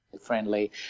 friendly